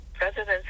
residents